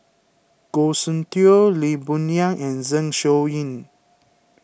Goh Soon Tioe Lee Boon Yang and Zeng Shouyin